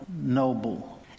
Noble